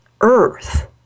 earth